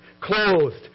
clothed